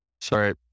Sorry